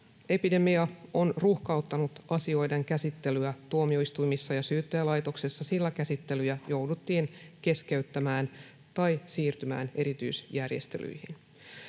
Koronaepidemia on ruuhkauttanut asioiden käsittelyä tuomioistuimissa ja syyttäjälaitoksessa, sillä käsittelyjä jouduttiin keskeyttämään tai siirtymään erityisjärjestelyihin.